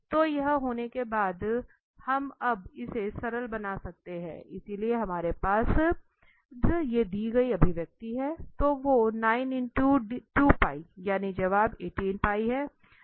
तो यह होने के बाद हम अब इसे सरल बना सकते हैं इसलिए हमारे पास हैतो वो यानी जवाब है